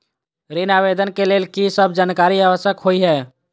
ऋण आवेदन केँ लेल की सब जानकारी आवश्यक होइ है?